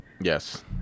Yes